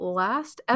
last